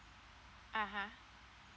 uh !huh!